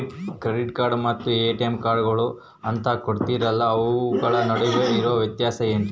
Credit card ಮತ್ತ ATM ಕಾರ್ಡುಗಳು ಅಂತಾ ಕೊಡುತ್ತಾರಲ್ರಿ ಅವುಗಳ ನಡುವೆ ಇರೋ ವ್ಯತ್ಯಾಸ ಏನ್ರಿ?